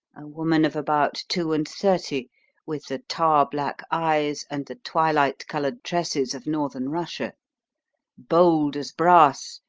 woman of about two-and-thirty, with the tar-black eyes and the twilight coloured tresses of northern russia bold as brass,